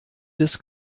des